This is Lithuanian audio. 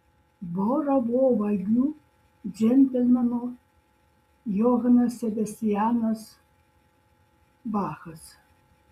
bora buvo vagių džentelmenų johanas sebastianas bachas